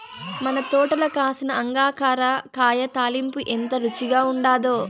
మన తోటల కాసిన అంగాకర కాయ తాలింపు ఎంత రుచిగా ఉండాదో